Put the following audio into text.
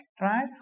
right